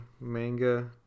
manga